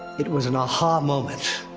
it was an aha! moment.